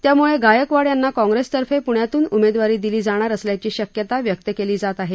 त्याम्ळे गायकवाड यांना काँग्रेसतर्फे प्ण्यातून उमेदवारी दिली जाणार असल्याची शक्यता व्यक्त केली जात आहे